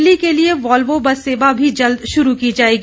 दिल्ली के लिए Volvo bus सेवा भी जल्द शुरू की जाएगी